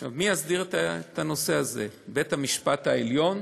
עכשיו, מי יסדיר את הנושא הזה, בית-המשפט העליון